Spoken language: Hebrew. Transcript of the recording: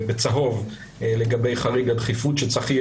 מדובר פה בזכויות יסוד של אזרחי ישראל.